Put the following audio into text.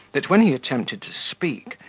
that, when he attempted to speak,